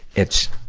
it's,